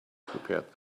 prepared